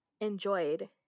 enjoyed